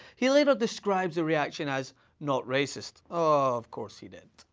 he later describes the reaction as not racist. of course he did.